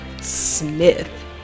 Smith